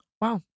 Wow